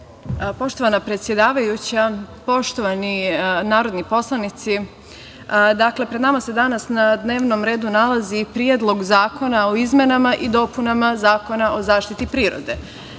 predsedavajuća, poštovani narodni poslanici, pred nama se danas na dnevnom redu nalazi Predlog zakona o izmenama i dopunama Zakona i zaštiti prirode. Dakle,